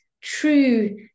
true